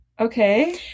Okay